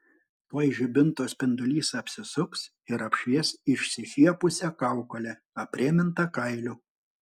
tuoj žibinto spindulys apsisuks ir apšvies išsišiepusią kaukolę aprėmintą kailiu